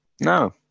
No